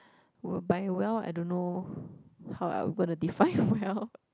whereby well I don't know how I'll gonna define well